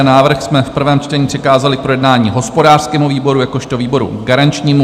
Návrh jsme v prvém čtení přikázali k projednání hospodářskému výboru jakožto výboru garančnímu.